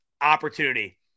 opportunity